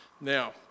Now